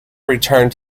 returned